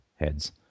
heads